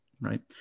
right